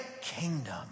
kingdom